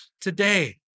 today